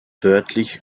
wörtlich